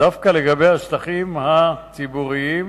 דווקא לגבי השטחים הציבוריים,